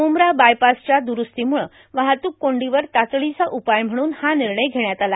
मुंब्रा बायपासच्या द्रुरुस्तीमुळं वाहतूक कोंडीवर तातडीचा उपाय म्हणून हा निर्णय घेण्यात आला